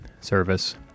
service